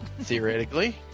Theoretically